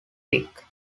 pick